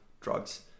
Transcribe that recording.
drugs